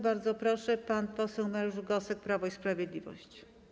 Bardzo proszę, pan poseł Mariusz Gosek, Prawo i Sprawiedliwość.